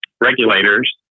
regulators